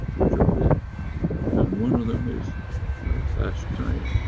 which are big and one of them is bash china.